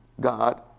God